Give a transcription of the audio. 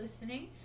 listening